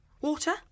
Water